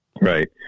Right